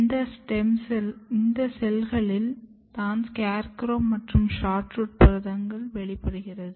இந்த செல்களில் தான் SCARECROW மற்றும் SHORTROOT புரதங்கள் வெளிப்படுகிறது